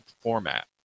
format